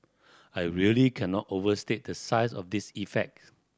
i really cannot overstate the size of this effect